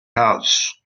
house